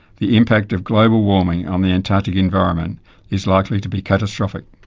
the impact of global warming on the antarctic environment is likely to be catastrophic.